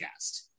podcast